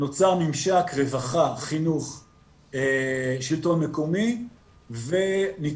נוצר ממשק רווחה-חינוך-שלטון מקומי וניתן